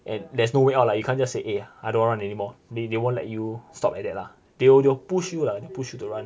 and there's no way out lah you can't just say eh I don't want run anymore they they won't let you stop like that lah they'll they'll push you lah push you to run